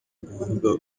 uvuga